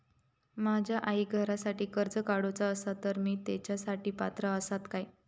माझ्या आईक घरासाठी कर्ज काढूचा असा तर ती तेच्यासाठी पात्र असात काय?